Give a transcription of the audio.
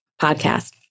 podcast